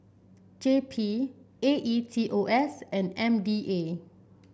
J P A E T O S and M D A